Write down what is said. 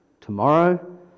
tomorrow